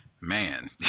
man